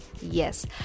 Yes